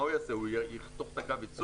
האם הוא יחתוך את קו הייצור?